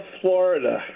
Florida